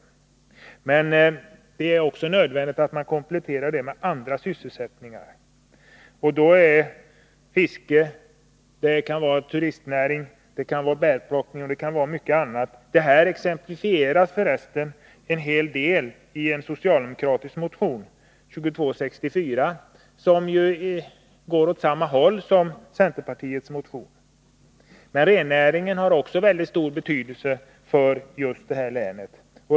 Det är också nödvändigt att komplettera jordbruket med andra sysselsättningar såsom fiske, turistnäring, bärplockning och mycket annat. Detta exemplifieras f. ö. till stor del i den socialdemokratiska motionen 2264, som går åt samma håll som centerpartiets motion. Rennäringen har också stor betydelse för länet.